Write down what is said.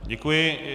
Děkuji.